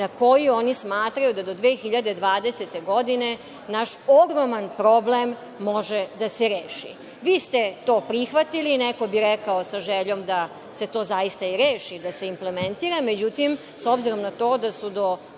na koji oni smatraju da do 2020. godine naš ogroman problem može da se reši. Vi ste to prihvatili, neko bi rekao sa željom da se to zaista i reši, da se implementira. Međutim, s obzirom na to da su